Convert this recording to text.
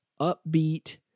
upbeat